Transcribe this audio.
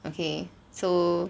okay so